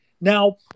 Now